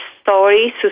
story